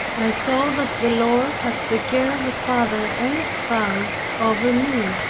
i saw that the lord had the care of a father and a spouse over me.